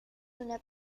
una